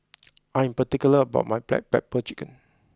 I am particular about my Black Pepper Chicken